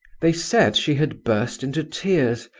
they said she had burst into tears,